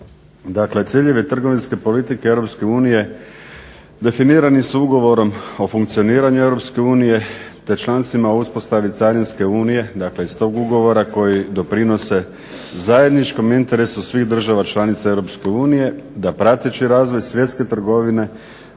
Dakle, ciljevi trgovinske politike EU definirani su ugovorom o funkcioniranju EU, te člancima o uspostavi carinske unije iz tog ugovora koji doprinose zajedničkom interesu svih država članica EU da prateći razvoj svjetske trgovine